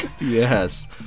Yes